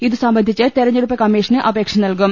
ഇതു സംബന്ധിച്ച് തെര ഞ്ഞെടുപ്പ് കമ്മീഷന് അപേക്ഷ നൽകും